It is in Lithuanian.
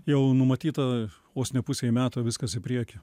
jau numatyta vos ne pusei metų viskas į priekį